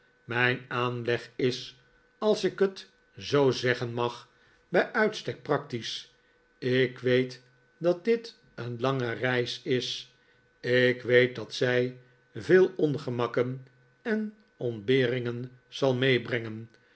mijn aanleg is als ik het zoo zeggen mag bij uitstek practisch ik weet dat dit een lange reis is ik weet dat zij veel ongemakken en ontberingen zal meebrengen